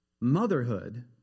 motherhood